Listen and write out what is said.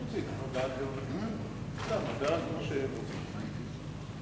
ההצעה שלא לכלול את הנושא בסדר-היום של